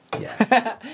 Yes